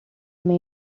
may